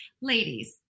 ladies